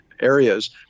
areas